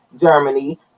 germany